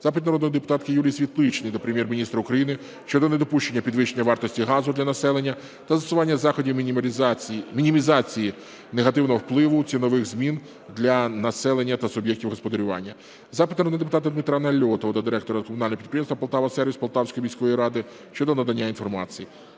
Запит народної депутатки Юлії Світличної до Прем'єр-міністра України щодо недопущення підвищення вартості газу для населення та застосування заходів мінімізації негативного впливу цінових змін для населення та суб'єктів господарювання. Запит народного депутата Дмитра Нальотова до директора комунального підприємства "Полтава-Сервіс" Полтавської міської ради щодо надання інформації.